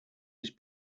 his